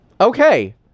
Okay